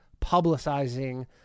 publicizing